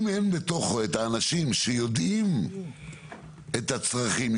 אם אין בתוכו את האנשים שיודעים את הצרכים,